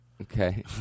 Okay